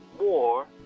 more